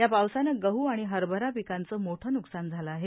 या पावसानं गह आणि हरभरा पिकांचं मोठं न्कसान झालं आहे